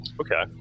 Okay